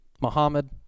Muhammad